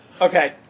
Okay